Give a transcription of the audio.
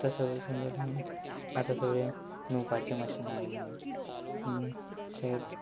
आतां सगळें जालें हांव आतां सगळे नुवपाचें मशीनां आयल्यान शेत